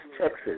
Texas